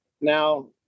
Now